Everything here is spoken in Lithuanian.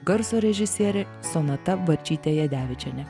garso režisierė sonata bačytė jadevičienė